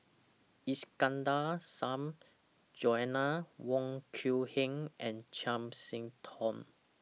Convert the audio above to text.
Iskandar Shah Joanna Wong Quee Heng and Chiam See Tong